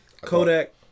Kodak